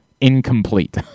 incomplete